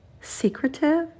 secretive